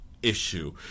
issue